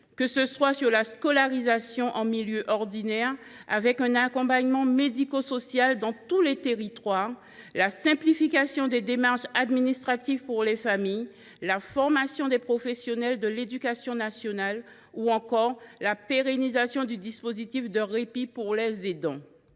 utiles : scolarisation en milieu ordinaire avec un accompagnement médico social dans tous les territoires, simplification des démarches administratives pour les familles, formation des professionnels de l’éducation nationale ou encore pérennisation du dispositif de répit pour les aidants.